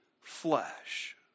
flesh